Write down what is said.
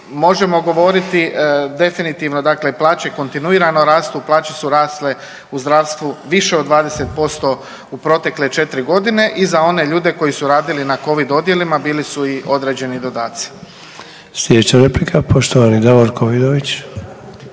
možemo govoriti definitivno, plaće kontinuirano rastu, plaće su rasle u zdravstvu više od 20% u protekle četiri godine i za one ljude koji su radili na covid odjelima bili su i određeni dodaci. **Sanader, Ante (HDZ)** Sljedeća replika poštovani Davorko Vidović.